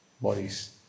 bodies